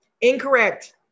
Incorrect